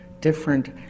different